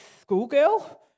schoolgirl